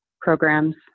programs